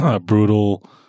brutal